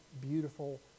beautiful